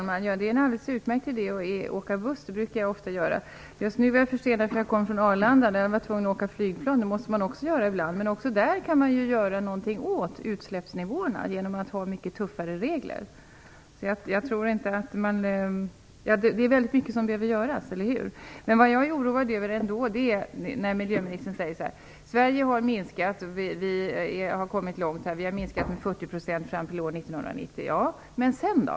Herr talman! Det är en alldeles utmärkt idé att åka buss. Det brukar jag ofta göra. Just i dag är jag försenad, för att jag kommer från Arlanda. Jag var tvungen att åka flygplan, vilket man också måste göra ibland. Men också där kan man göra någonting åt utsläppsnivåerna genom att ha mycket tuffare regler. Det är väldigt mycket som behöver göras, eller hur? Men vad jag ändå är oroad över är att miljöministern säger: Sverige har minskat miljöutsläppen. Vi har kommit långt och har minskat utsläppen med 40 % Ja, men sedan då?